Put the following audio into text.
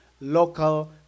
local